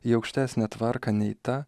į aukštesnę tvarką nei ta